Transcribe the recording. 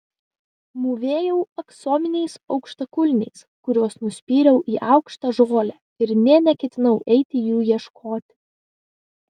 mūvėjau aksominiais aukštakulniais kuriuos nuspyriau į aukštą žolę ir nė neketinau eiti jų ieškoti